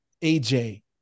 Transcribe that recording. AJ